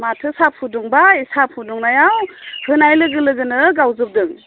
माथो साहा फुदुंबाय साहा फुदुंनायाव होनाय लोगो लोगोनो गावजोबदों